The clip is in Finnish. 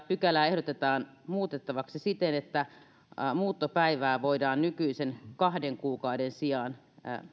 pykälää ehdotetaan muutettavaksi siten että muuttopäivää voidaan nykyisen kahden kuukauden sijaan